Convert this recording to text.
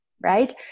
right